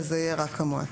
אז זה יהיה רק המועצה.